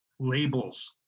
labels